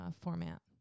format